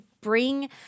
bring